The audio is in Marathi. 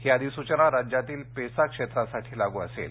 ही अधिसूचना राज्यातील पेसा क्षेत्रासाठी लागू असेल